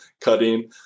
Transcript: cutting